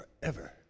forever